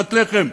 פת לחם.